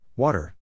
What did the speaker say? Water